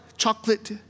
chocolate